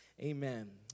Amen